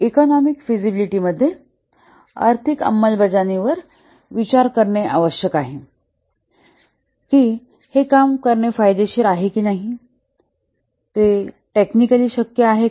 economic feasibility मध्ये आर्थिक अंमलबजावणीवर विचार करणे आवश्यक आहे की हे काम करणे फायदेशीर आहे की नाही ते टेक्निकली शक्य आहे का